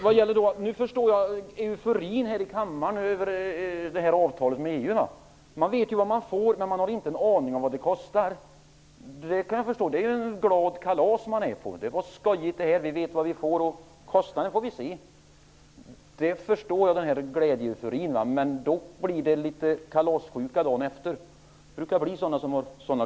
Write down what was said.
Herr talman! Nu förstår jag euforin här i kammaren över EU-avtalet. Man vet vad man får, men man har ingen aning om vad det kostar. Man är på ett bra kalas. Man har skojigt. Man vet vad man får, men kostnaden får man se senare. Jag förstår alltså glädjeeuforin, men det blir dock litet kalassjuka dagen efter. Det brukar ju bli så.